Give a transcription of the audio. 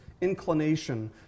inclination